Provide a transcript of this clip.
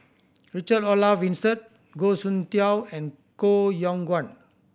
Richard Olaf Winstedt Goh Soon Tioe and Koh Yong Guan